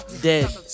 dead